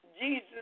Jesus